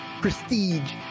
Prestige